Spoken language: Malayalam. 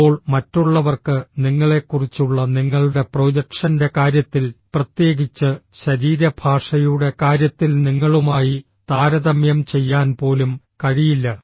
അപ്പോൾ മറ്റുള്ളവർക്ക് നിങ്ങളെക്കുറിച്ചുള്ള നിങ്ങളുടെ പ്രൊജക്ഷന്റെ കാര്യത്തിൽ പ്രത്യേകിച്ച് ശരീരഭാഷയുടെ കാര്യത്തിൽ നിങ്ങളുമായി താരതമ്യം ചെയ്യാൻ പോലും കഴിയില്ല